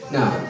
Now